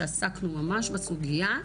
שעסקנו ממש בסוגיה,